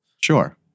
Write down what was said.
Sure